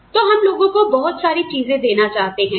तो हम लोगों को बहुत सारी चीजें देना चाहते हैं